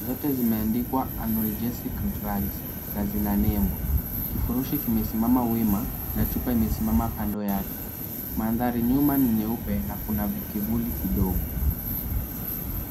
Zote zimeandikwa Annual Jessica Drugs na zina nembo, Kifurushi kimesimama wima na chupa imesimama kando yake. Mandhari nyuma ni nyeupe na kuna vikivuli kidogo.